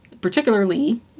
particularly